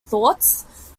thoughts